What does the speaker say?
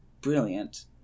brilliant